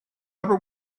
upper